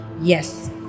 Yes